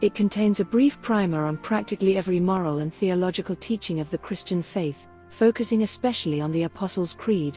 it contains a brief primer on practically every moral and theological teaching of the christian faith, focusing especially on the apostles creed,